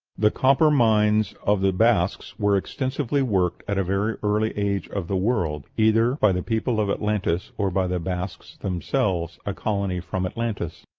the copper mines of the basques were extensively worked at a very early age of the world, either by the people of atlantis or by the basques themselves, a colony from atlantis.